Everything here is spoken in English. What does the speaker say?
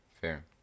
fair